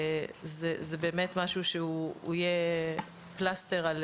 הסכום הזה זה משהו שיהיה פלסטר על